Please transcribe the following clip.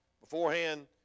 beforehand